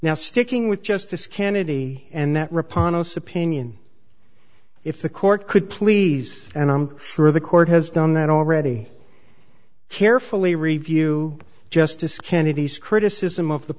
now sticking with justice kennedy and that reponse opinion if the court could please and i'm sure the court has done that already carefully review justice kennedy's criticism of the